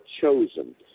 chosen